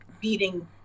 beating